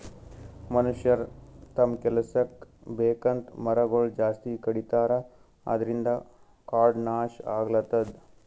ಮನಷ್ಯರ್ ತಮ್ಮ್ ಕೆಲಸಕ್ಕ್ ಬೇಕಂತ್ ಮರಗೊಳ್ ಜಾಸ್ತಿ ಕಡಿತಾರ ಅದ್ರಿನ್ದ್ ಕಾಡ್ ನಾಶ್ ಆಗ್ಲತದ್